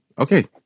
okay